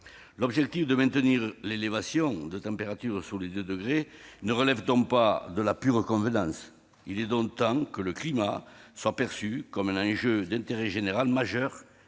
L'objectif de maintenir l'élévation de la température à 2 degrés ne relève pas de la pure convenance. Il est temps que le climat soit perçu comme un enjeu d'intérêt général majeur